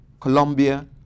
Colombia